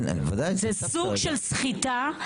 זה סוג של סחיטה,